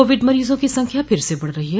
Covid मरीजों की संख्या फिर से बढ़ रही है